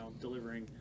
delivering